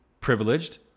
Privileged